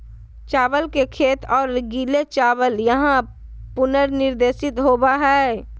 चावल के खेत और गीले चावल यहां पुनर्निर्देशित होबैय हइ